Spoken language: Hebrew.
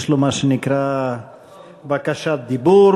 יש לו מה שנקרא בקשת דיבור.